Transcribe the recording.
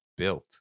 Built